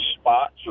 spots